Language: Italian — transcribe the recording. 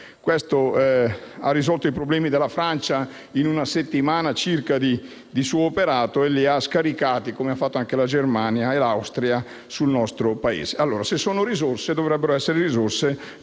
questo ha risolto i problemi della Francia in una settimana circa di suo operato e li ha scaricati, come hanno fatto la Germania e l'Austria, sul nostro Paese. Se sono risorse, dovrebbero esserlo per